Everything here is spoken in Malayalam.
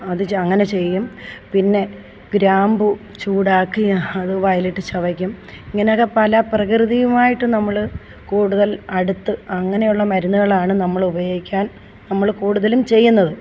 അത് ച അങ്ങനെ ചെയ്യും പിന്നെ ഗ്രാമ്പു ചൂടാക്കി അത് വായിലിട്ട് ചവക്കും ഇങ്ങനക്കെ പല പ്രകൃതിയുമായിട്ട് നമ്മള് കൂടുതൽ അടുത്ത് അങ്ങനെയുള്ള മരുന്നുകളാണ് നമ്മളുപയോഗിക്കാൻ നമ്മൾ കൂടുതലും ചെയ്യുന്നത്